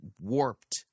warped